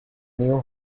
new